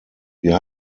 wir